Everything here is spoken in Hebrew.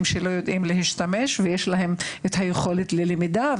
שלא יודעים להשתמש בדיגיטל ויש להם יכולת למידה,